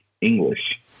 English